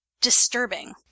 disturbing